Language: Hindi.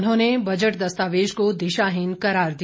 उन्होंने बजट दस्तावेज को दिशाहीन करार दिया